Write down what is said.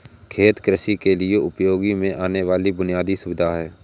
खेत कृषि के लिए उपयोग में आने वाली बुनयादी सुविधा है